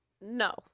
No